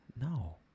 No